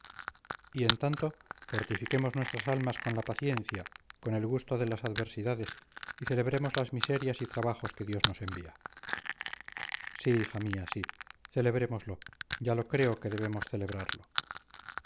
y en tanto fortifiquemos nuestras almas con la paciencia con el gusto de las adversidades y celebremos las miserias y trabajos que dios nos envía sí hija mía sí celebrémoslo ya lo creo que debemos celebrarlo